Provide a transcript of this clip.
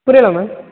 புரியலை மேம்